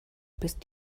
bist